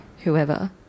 whoever